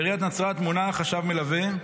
בעיריית נצרת מונה חשב מלווה.